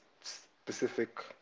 specific